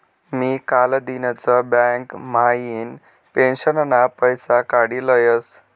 मी कालदिनच बँक म्हाइन पेंशनना पैसा काडी लयस